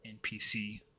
NPC